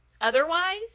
otherwise